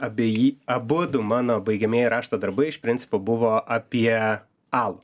abie jį abudu mano baigiamieji rašto darbai iš principo buvo apie alų